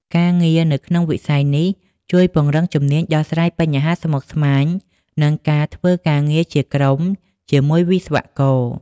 ការងារនៅក្នុងវិស័យនេះជួយពង្រឹងជំនាញដោះស្រាយបញ្ហាស្មុគស្មាញ និងការធ្វើការងារជាក្រុមជាមួយវិស្វករ។